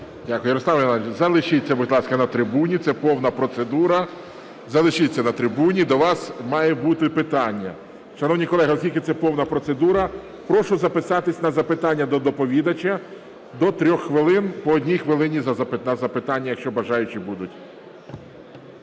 Дякую. Ярославе Івановичу, залишіться, будь ласка, на трибуні. Це повна процедура, залишіться на трибуні, до вас мають бути питання. Шановні колеги, оскільки це повна процедура, прошу записатися на запитання до доповідача – до 3 хвилин, по одній хвилині на запитання, якщо бажаючі будуть.